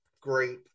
great